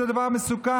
וזה דבר מסוכן.